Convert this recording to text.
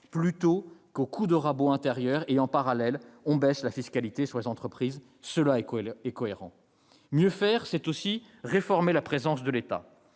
plutôt qu'aux coups de rabot antérieurs. En parallèle, on baisse la fiscalité sur les entreprises. Cela est cohérent. Mieux faire, c'est aussi réformer la présence de l'État.